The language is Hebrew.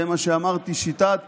זה מה שאמרתי: שיטת